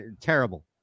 terrible